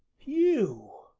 you?